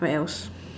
what else